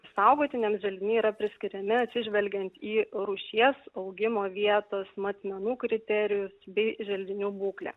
saugotiniems želdiniai yra priskiriami atsižvelgiant į rūšies augimo vietos matmenų kriterijus bei želdinių būklę